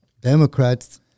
Democrats